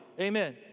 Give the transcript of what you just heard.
Amen